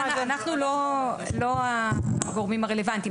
אנחנו לא הגורמים הרלוונטיים.